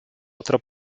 otro